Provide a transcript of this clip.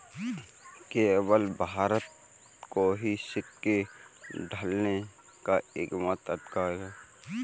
केवल भारत सरकार को ही सिक्के ढालने का एकमात्र अधिकार है